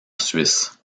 suisse